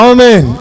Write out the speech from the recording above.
Amen